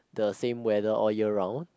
the same weather all year round